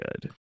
good